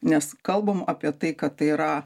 nes kalbam apie tai kad tai yra